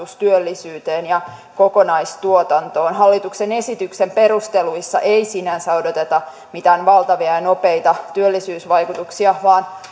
työllisyyteen ja kokonaistuotantoon hallituksen esityksen perusteluissa ei sinänsä odoteta mitään valtavia ja nopeita työllisyysvaikutuksia vaan